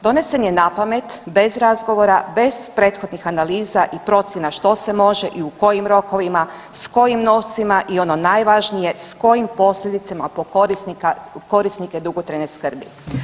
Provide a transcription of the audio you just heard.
Donesen je napamet, bez razgovora, bez prethodnih analiza i procjena što se može i u kojim rokovima, s kojim novcima i ono najvažnije s kojim posljedicama po korisnika, korisnike dugotrajne skrbi.